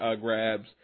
grabs